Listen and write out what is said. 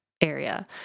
area